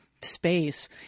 space